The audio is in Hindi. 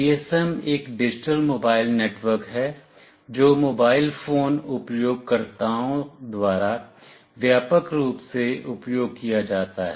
GSM एक डिजिटल मोबाइल नेटवर्क है जो मोबाइल फोन उपयोगकर्ताओं द्वारा व्यापक रूप से उपयोग किया जाता है